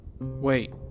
Wait